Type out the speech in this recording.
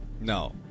No